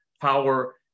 power